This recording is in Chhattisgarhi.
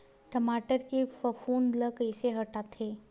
टमाटर के फफूंद ल कइसे हटाथे?